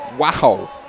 Wow